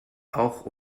auch